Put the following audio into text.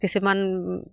কিছুমান